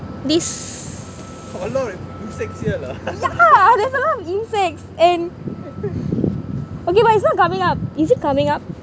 this yeah there's a lot of insects and okay but it's not coming up is it coming up